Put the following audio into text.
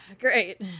great